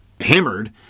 hammered